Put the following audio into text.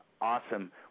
Awesome